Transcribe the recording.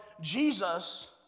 Jesus